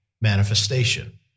manifestation